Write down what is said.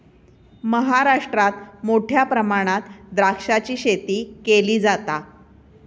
महाराष्ट्रात मोठ्या प्रमाणात द्राक्षाची शेती केली जाता